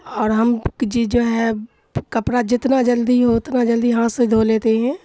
اور ہم جی جو ہے کپڑا جتنا جلدی ہو اتنا جلدی ہاتھ سے دھو لیتے ہیں